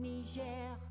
Niger